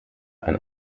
ein